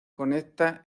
conecta